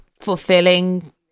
fulfilling